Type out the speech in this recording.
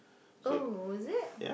oh is it